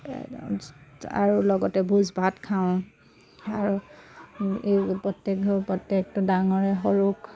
আৰু লগতে ভোজ ভাত খাওঁ আৰু এই প্ৰত্যেকঘৰে প্ৰত্যেকটো ডাঙৰে সৰুক